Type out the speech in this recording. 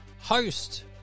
host